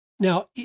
Now